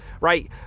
right